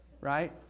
right